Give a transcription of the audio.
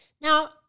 Now